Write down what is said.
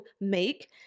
make